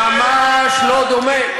ממש לא דומה.